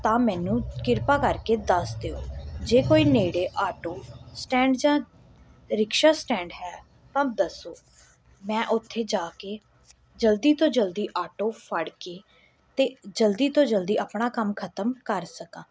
ਤਾਂ ਮੈਨੂੰ ਕਿਰਪਾ ਕਰਕੇ ਦੱਸ ਦਿਓ ਜੇ ਕੋਈ ਨੇੜੇ ਆਟੋ ਸਟੈਂਡ ਜਾਂ ਰਿਕਸ਼ਾ ਸਟੈਂਡ ਹੈ ਤਾਂ ਦੱਸੋ ਮੈਂ ਉੱਥੇ ਜਾ ਕੇ ਜਲਦੀ ਤੋਂ ਜਲਦੀ ਆਟੋ ਫੜ ਕੇ ਅਤੇ ਜਲਦੀ ਤੋਂ ਜਲਦੀ ਆਪਣਾ ਕੰਮ ਖਤਮ ਕਰ ਸਕਾਂ